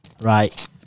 right